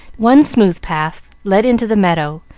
one smooth path led into the meadow,